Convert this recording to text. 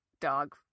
dog